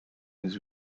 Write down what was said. his